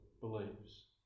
believes